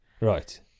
right